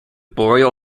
boreal